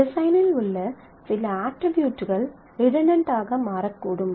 டிசைனில் உள்ள சில அட்ரிபியூட்கள் ரிடன்டன்ட் ஆக மாறக்கூடும்